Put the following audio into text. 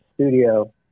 studio